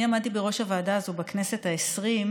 אני עמדתי בראש הוועדה הזאת בכנסת העשרים,